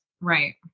right